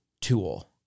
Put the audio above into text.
tool